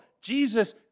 Jesus